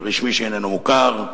ו"רשמי שאיננו מוכר".